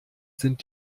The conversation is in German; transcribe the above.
sind